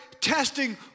testing